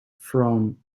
from